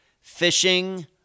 fishing